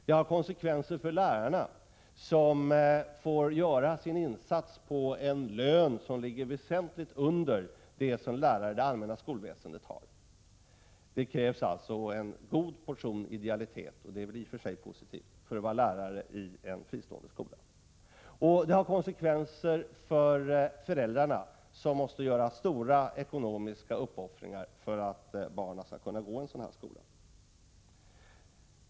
Det har konsekvenser för lärarna, som får göra sin insats för en lön som ligger väsentligt under den som lärare i det allmänna skolväsendet har. Det krävs alltså en god portion idealitet — och det är väl i och för sig positivt — för att vara lärare vid en fristående skola. Det har även konsekvenser för föräldrarna, som måste göra stora ekonomiska uppoffringar för att barnen skall kunna gå i en sådan här skola.